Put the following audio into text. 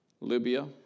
Libya